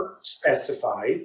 specified